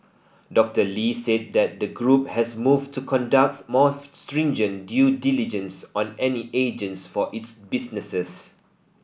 Doctor Lee said that the group has moved to conduct more stringent due diligence on any agents for its businesses